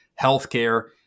healthcare